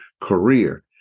career